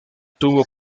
tuvo